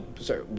Sorry